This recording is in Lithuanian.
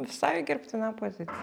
visai gerbtina pozicija